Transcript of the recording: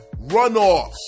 runoffs